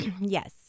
Yes